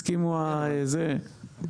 הסכימו זה,